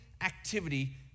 activity